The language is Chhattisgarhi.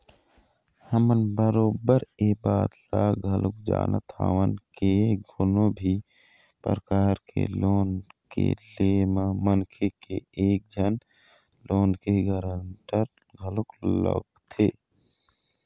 हमन बरोबर ऐ बात ल घलोक जानत हवन के कोनो भी परकार के लोन के ले म मनखे के एक झन लोन के गारंटर घलोक लगथे